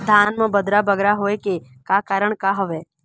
धान म बदरा बगरा होय के का कारण का हवए?